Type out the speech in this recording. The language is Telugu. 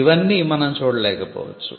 ఇవన్నీ మనం చూడలేకపోవచ్చు